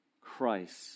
Christ